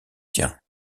tiens